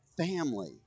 family